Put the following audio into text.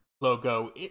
logo